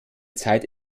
zeit